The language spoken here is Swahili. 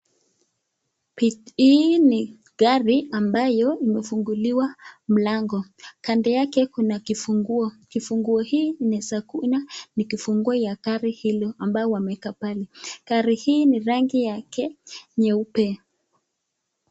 Hii ni gari ambayo imefunguliwa mlango kando yake kuna kifunguo, kifunguo hii inaeza kuwa ni kifunguo ya gari hili ambayo wameweka pale gari hii ni rangi nyeupe.